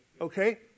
okay